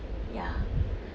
yeah